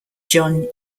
john